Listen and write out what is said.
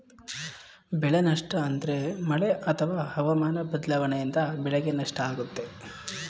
ಬೆಳೆ ನಷ್ಟ ಅಂದ್ರೆ ಮಳೆ ಅತ್ವ ಹವಾಮನ ಬದ್ಲಾವಣೆಯಿಂದ ಬೆಳೆಗೆ ನಷ್ಟ ಆಗುತ್ತೆ